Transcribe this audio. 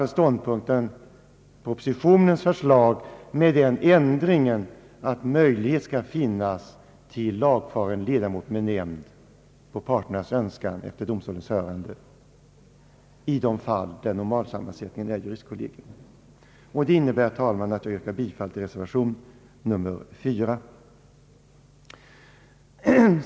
Jag stannar alltså för propositionens förslag med den ändringen att möjlighet skall finnas till lagfaren ledamot med nämnd, på parternas önskan och efter domstolens förordnande, i de fall där normalsammansättningen är juristkollegium. Det innebär, herr talman, att jag yrkar bifall till reservation 4.